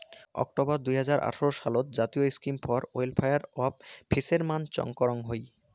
October দুই হাজার আঠারো সালত জাতীয় scheme for welfare of fishermen চং করং হই